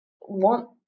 want